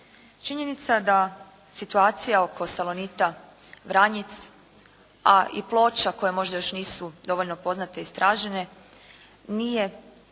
Činjenica da situacija oko "Salonita" Vranjec, a i Ploča koje možda još nisu dovoljno poznate i istražene nije